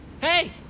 Hey